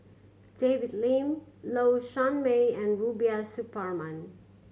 David Lim Low Sanmay and Rubiah Suparman